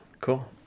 Cool